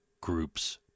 group's